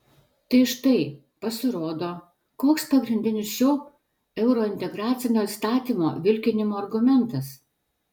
tai štai pasirodo koks pagrindinis šio eurointegracinio įstatymo vilkinimo argumentas